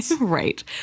Right